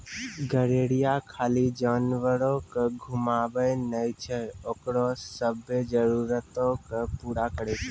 गरेरिया खाली जानवरो के घुमाबै नै छै ओकरो सभ्भे जरुरतो के पूरा करै छै